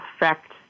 affect